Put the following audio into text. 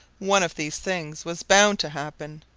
one of these things was bound to happen.